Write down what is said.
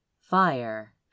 fire